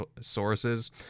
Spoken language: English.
sources